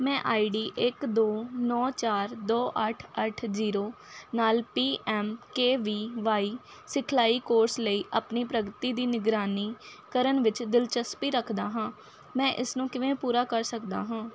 ਮੈਂ ਆਈਡੀ ਇੱਕ ਦੋ ਨੌਂ ਚਾਰ ਦੋ ਅੱਠ ਅੱਠ ਜ਼ੀਰੋ ਨਾਲ P M K V Y ਸਿਖਲਾਈ ਕੋਰਸ ਲਈ ਆਪਣੀ ਪ੍ਰਗਤੀ ਦੀ ਨਿਗਰਾਨੀ ਕਰਨ ਵਿੱਚ ਦਿਲਚਸਪੀ ਰੱਖਦਾ ਹਾਂ ਮੈਂ ਇਸ ਨੂੰ ਕਿਵੇਂ ਪੂਰਾ ਕਰ ਸਕਦਾ ਹਾਂ